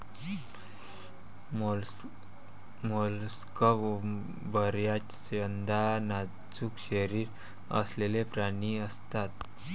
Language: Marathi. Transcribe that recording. मोलस्क बर्याचदा नाजूक शरीर असलेले प्राणी असतात